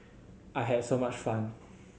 I had so much fun